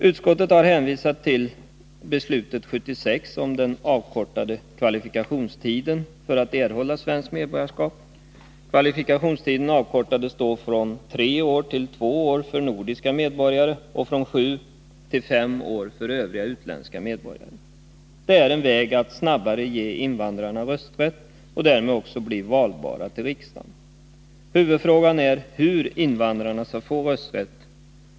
Utskottet har hänvisat till beslutet 1976 om den avkortade kvalifikationstiden för att erhålla svenskt medborgarskap. Kvalifikationstiden avkortades då från tre till två år för nordiska medborgare och från sju till fem år för övriga utländska medborgare. Detta är en väg att snabbare ge invandrarna rösträtt och därmed också valbarhet till riksdagen. Huvudfrågan är hur invandrarna skall få rösträtt.